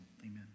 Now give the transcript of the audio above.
Amen